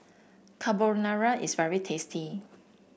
carbonara is very tasty